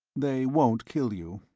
they won't kill you.